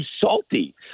salty